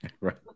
Right